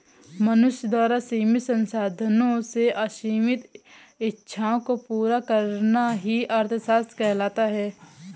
मनुष्य द्वारा सीमित संसाधनों से असीमित इच्छाओं को पूरा करना ही अर्थशास्त्र कहलाता है